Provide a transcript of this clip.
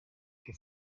que